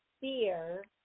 fear